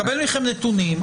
אני מקבל מכם נתונים,